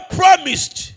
promised